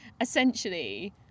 essentially